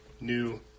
new